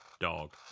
Dog